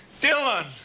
Dylan